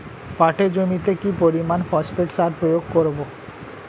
পাটের জমিতে কি পরিমান ফসফেট সার প্রয়োগ করব?